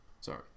Sorry